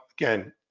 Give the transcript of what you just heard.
again